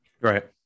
right